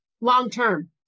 long-term